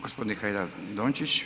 Gospodin Hajdaš Dončić.